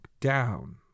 down